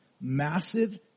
massive